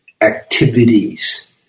activities